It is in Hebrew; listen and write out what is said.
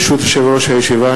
ברשות יושב-ראש הישיבה,